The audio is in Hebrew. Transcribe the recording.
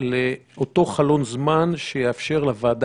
הנושא נדון בבג"ץ, כאשר בג"ץ החליט שלעת